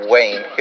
Wayne